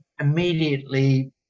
immediately